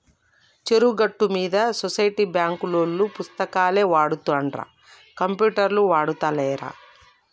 చెరువు గట్టు మీద సొసైటీ బాంకులోల్లు పుస్తకాలే వాడుతుండ్ర కంప్యూటర్లు ఆడుతాలేరా